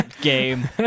game